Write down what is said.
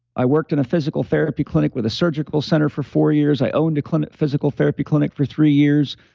i worked in a physical therapy clinic with a surgical center for four years. i owned a clinic physical therapy clinic for three years.